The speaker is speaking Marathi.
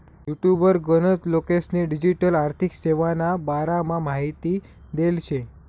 युटुबवर गनच लोकेस्नी डिजीटल आर्थिक सेवाना बारामा माहिती देल शे